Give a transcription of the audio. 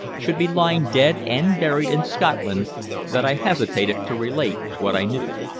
should be lying dead and buried in scotland that i hesitated to relate what i knew.